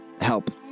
help